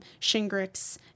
Shingrix